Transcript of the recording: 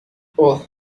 اوه